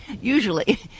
usually